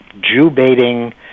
Jew-baiting